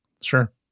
Sure